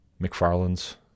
McFarland's